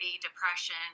depression